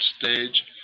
stage